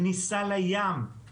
כניסה לים,